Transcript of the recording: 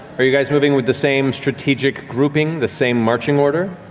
are you guys moving with the same strategic grouping? the same marching order?